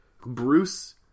Bruce